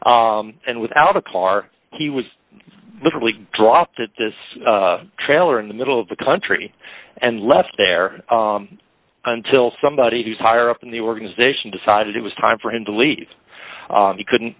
self and without a car he was literally dropped at this trailer in the middle of the country and left there until somebody who's higher up in the organization decided it was time for him to leave he couldn't